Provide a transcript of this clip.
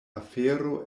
afero